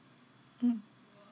mm